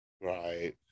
Right